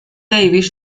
davis